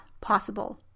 possible